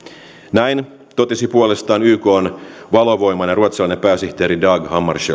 näin totesi puolestaan ykn valovoimainen ruotsalainen pääsihteeri dag